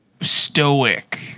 stoic